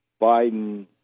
Biden